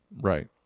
right